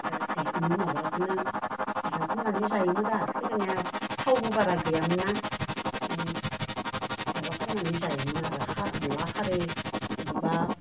जिकुनु माबाखोनो मोजां खालामनानै जायोमोनरा सिगांनिया थावबो बारा गैयामोनना ओइ माबा खालामनानै जायोमोन आरो खार अनद्ला खारै माबा